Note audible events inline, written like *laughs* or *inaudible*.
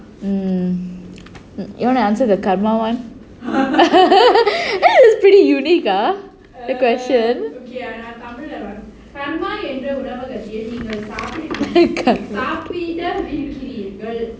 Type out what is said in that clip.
mm you want to answer the karma [one] *laughs* it's pretty unique ah the question *laughs*